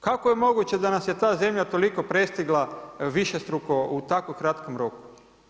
Kako je moguće da nas je ta zemlja toliko prestigla višestruko u tako kratkom roku?